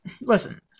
Listen